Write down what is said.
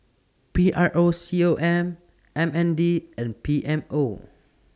P R O C O M M N D and P M O